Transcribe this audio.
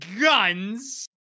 guns